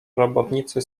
robotnicy